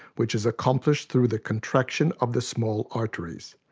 which is accomplished through the contraction of the small arteries.